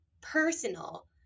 personal